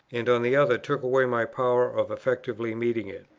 and on the other took away my power of effectually meeting it.